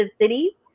city